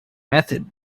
method